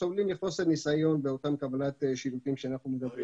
שסובלות מחוסר ניסיון בקבלת שירותים עליהם אנחנו מדברים.